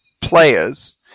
players